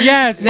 Yes